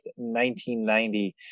1990